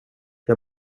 jag